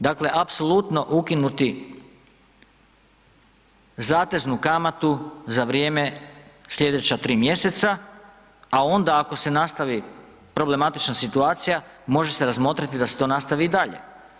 Dakle, apsolutno ukinuti zateznu kamatu za vrijeme slijedeća 3 mjeseca, a onda ako se nastavi problematična situacija može se razmotriti da se to nastavi i dalje.